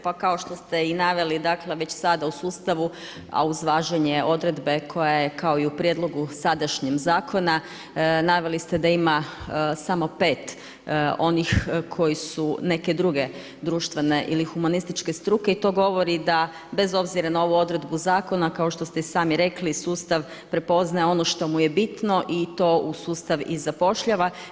Pa kao što se i naveli, dakle, već sada u sustavu, a uz važenje odredbe koja je kao i u prijedlogu sadašnjeg zakona, naveli ste da ima samo 5 onih koji su neke druge društvene ili humanističke struke i to govori da bez obzira na ovu odredbu zakona kao što ste i sami rekli, sustav prepoznaje ono što mu je bino i to u sustav i zapošljava.